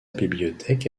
bibliothèque